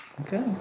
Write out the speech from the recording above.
Okay